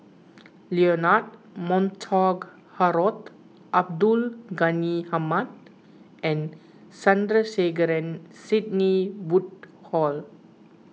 Leonard Montague Harrod Abdul Ghani Hamid and Sandrasegaran Sidney Woodhull